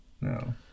No